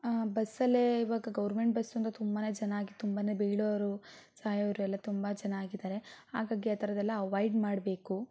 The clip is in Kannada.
ಬಸ್ಸಲ್ಲೇ ಈವಾಗ ಗವರ್ಮೆಂಟ್ ಬಸ್ಸಂತೂ ತುಂಬ ಜನಾಗ್ ತುಂಬ ಬೀಳೋರು ಸಾಯೋರು ಎಲ್ಲ ತುಂಬ ಜನ ಆಗಿದ್ದಾರೆ ಹಾಗಾಗಿ ಆ ಥರದೆಲ್ಲ ಅವಾಯ್ಡ್ ಮಾಡಬೇಕು